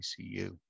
ICU